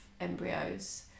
embryos